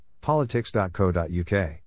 politics.co.uk